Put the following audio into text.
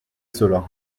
cela